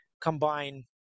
combine